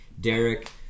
Derek